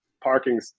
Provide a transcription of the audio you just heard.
parking